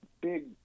big